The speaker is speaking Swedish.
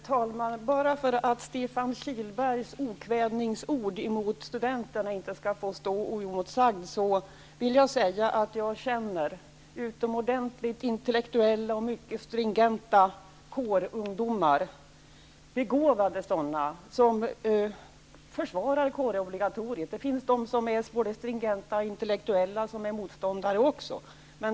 Herr talman! Bara för att Stefan Kihlbergs okvädingsord mot studenterna inte skall få stå oemotsagda vill jag säga att jag känner utomordentligt intellektuella och mycket stringenta kårungdomar begåvade sådana -- som försvarar kårobligatoriet. Det finns också de som är både stringenta och intellektuella och som är motståndare.